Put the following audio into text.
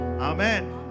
Amen